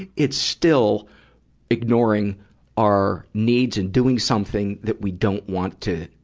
it's still ignoring our needs and doing something that we don't want to,